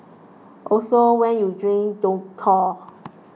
also when you drink don't call